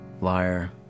Liar